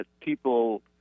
people